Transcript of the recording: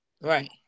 Right